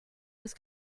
was